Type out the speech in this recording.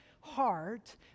heart